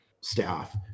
staff